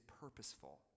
purposeful